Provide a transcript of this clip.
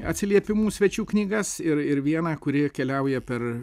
atsiliepimų svečių knygas ir ir vieną kuri keliauja per